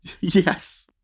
Yes